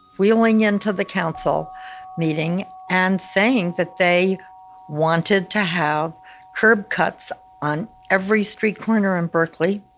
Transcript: wheeling into the council meeting and saying that they wanted to have curb cuts on every street corner in berkeley,